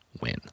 win